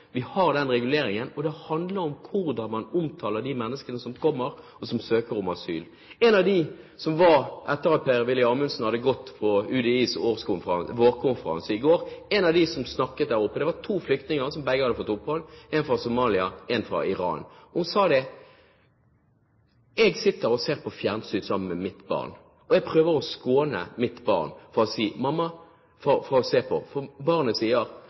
Det handler om hvordan man omtaler de menneskene som kommer, og som søker om asyl. Etter at Per-Willy Amundsen hadde gått fra UDIs vårkonferanse i går, var det to flyktninger, én fra Somalia og én fra Iran, som snakket. Begge hadde fått opphold. Den ene sa at hun sitter og ser på fjernsyn sammen med sitt barn. Hun prøver å skåne sitt barn fra å se på, for